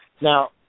now